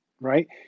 right